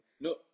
no